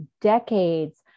decades